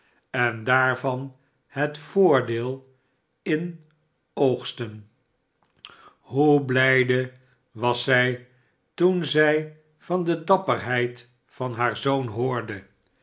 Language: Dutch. en daarvan het voordeel inoogsten hoe blijde was zij toen zij van de dapperheid van haar zoon hoorde